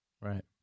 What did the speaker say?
Right